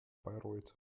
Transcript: bayreuth